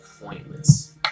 pointless